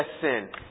sin